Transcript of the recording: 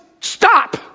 stop